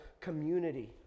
community